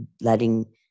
letting